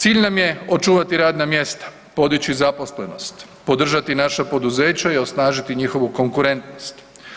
Cilj nam je očuvati radna mjesta, podići zaposlenost, podržati naša poduzeća i osnažiti njihovu konkurentnost.